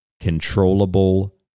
controllable